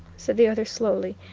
said the other slowly,